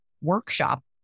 workshop